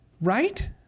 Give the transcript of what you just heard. Right